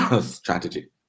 strategy